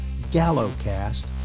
gallocast